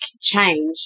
change